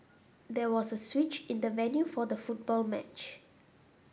there was a switch in the venue for the football match